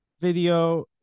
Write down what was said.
video